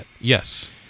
yes